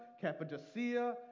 Cappadocia